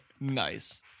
Nice